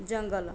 ଜଙ୍ଗଲ